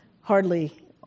hardly